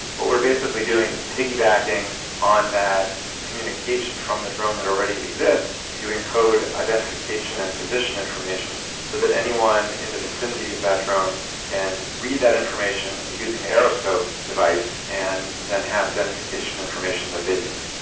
what we are basically doing is piggybacking on that communication from the drone that already exists to encode identification and position information so that anyone in the vicinity of that drone can read that information using the aeroscope device and then have identification information that they need.